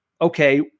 okay